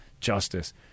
justice